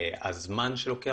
הזמן שלוקח,